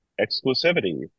exclusivity